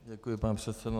Děkuji, pane předsedo.